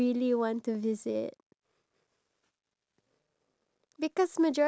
um I think when we want to travel I think we should just